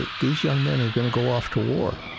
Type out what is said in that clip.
ah these young men are going to go off to war.